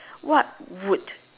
what would